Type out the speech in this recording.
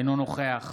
אינו נוכח